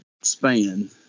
span